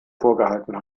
vorgehalten